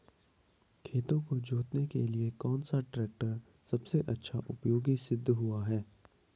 खेतों को जोतने के लिए कौन सा टैक्टर सबसे अच्छा उपयोगी सिद्ध हुआ है?